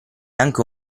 anche